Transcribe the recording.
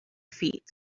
feet